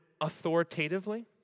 authoritatively